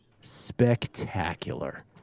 spectacular